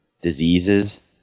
diseases